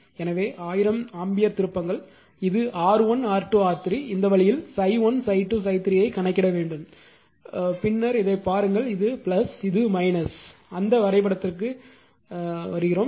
எனவே 1000 ஆம்பியர் திருப்பங்கள் இது R1 R2 R3 இந்த வழியில் ∅1 ∅2 ∅3 ஐ கணக்கிட வேண்டும் பின்னர் இதைப் பாருங்கள் இது இது அந்த வரைபடத்திற்கு வாருங்கள்